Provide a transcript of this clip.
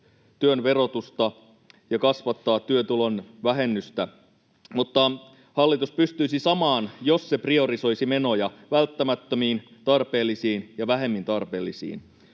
työn verotusta ja kasvattaa työtulon vähennystä. Hallitus pystyisi samaan, jos se priorisoisi menoja välttämättömiin, tarpeellisiin ja vähemmän tarpeellisiin.